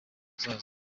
hazaza